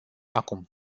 acum